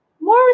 More